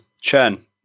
Chen